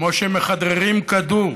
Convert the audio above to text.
כמו שמכדררים כדור.